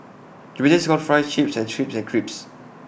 the British calls Fries Chips and Chips Crisps